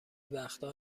وقتها